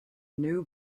new